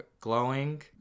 Glowing